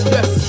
Yes